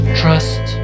trust